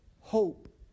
hope